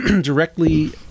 directly